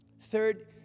Third